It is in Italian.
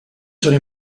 sono